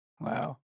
Wow